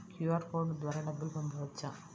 QR code ద్వారా డబ్బులు పంపవచ్చా?